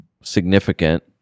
significant